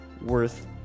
worth